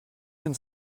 ins